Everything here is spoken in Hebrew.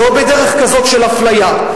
לא בדרך כזאת של אפליה,